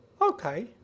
Okay